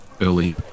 early